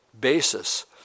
basis